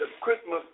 Christmas